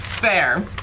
Fair